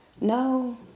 No